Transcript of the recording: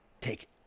take